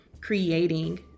creating